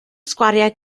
sgwariau